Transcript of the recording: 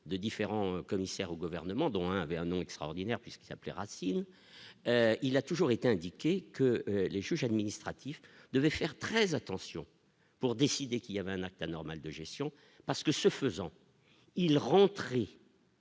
de différents commissaire au gouvernement, dont un à Vernon extraordinaire puisqu'il s'appelait racines, il a toujours été indiqué que les juges administratifs devaient faire très attention pour décider qu'il y avait un acte anormal de gestion, parce que, ce faisant, il. Dans